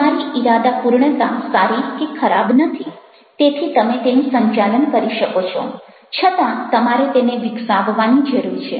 તમારી ઇરાદાપૂર્ણતા સારી કે ખરાબ નથી તેથી તમે તેનું સંચાલન કરી શકો છો છતાં તમારે તેને વિકસાવવાની જરૂર છે